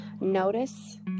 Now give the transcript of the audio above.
notice